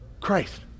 Christ